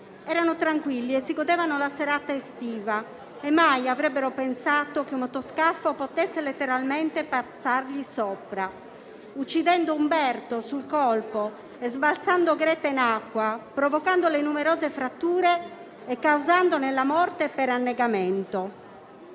Erano tranquilli e si godevano la serata estiva e mai avrebbero pensato che un motoscafo potesse letteralmente passargli sopra uccidendo Umberto sul colpo e sbalzando Greta in acqua, provocandole numerose fratture e causandone la morte per annegamento».